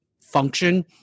function